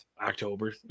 October